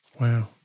Wow